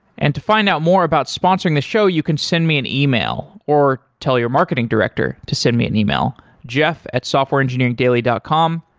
and to find out more about sponsoring the show, you can send me an email or tell your marketing director to send me an email, jeff at softwareengineeringdaily dot com.